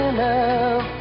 love